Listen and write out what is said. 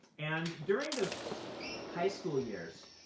and during those high school years,